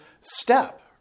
step